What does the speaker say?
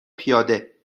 پیاده